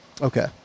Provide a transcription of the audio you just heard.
Okay